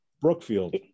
Brookfield